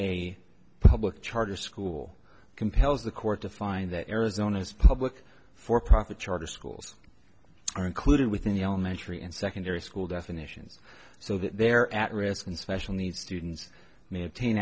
a public charter school compels the court to find that arizona's public for profit charter schools are included within the elementary and secondary school definitions so that they're at risk and special needs students ma